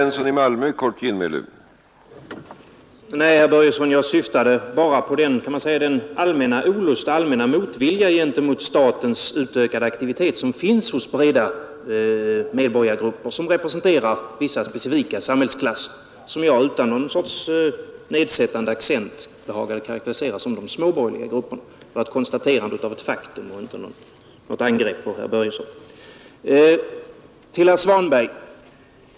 Herr talman! Nej, herr Börjesson i Glömminge, jag syftade bara på den allmänna olust och motvilja gentemot statens utökade aktivitet som finns hos breda medborgargrupper som representerar vissa specifika samhällsklasser och som jag utan någon sorts nedsättande accent behagade karakterisera som de småborgerliga grupperna. Det var ett konstaterande av ett faktum och inte något angrepp på herr Börjesson.